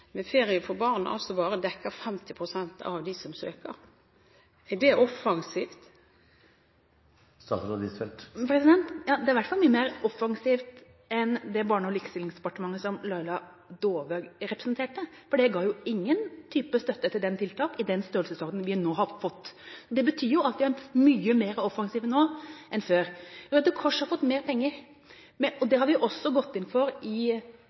som ferie for barn bare dekker 50 pst. av antallet som søker? Er det offensivt? Det er i hvert fall mye mer offensivt enn det barne- og likestillingsdepartementet som Laila Dåvøy representerte, for det ga jo ingen type støtte til tiltak i den størrelsesordenen vi nå har fått. Det betyr at vi er mye mer offensive nå enn før. Røde Kors har fått mer penger. Det har vi også gått inn for i